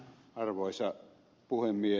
arvoisa puhemies